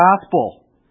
gospel